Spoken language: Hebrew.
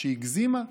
שהגזימה?